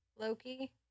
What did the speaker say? Loki